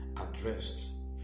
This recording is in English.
addressed